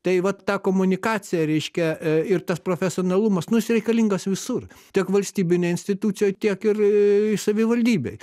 tai vat ta komunikacija reiškia ir tas profesionalumas nu jis reikalingas visur tiek valstybinėj institucijoj tiek ir savivaldybėj